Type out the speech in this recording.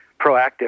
proactive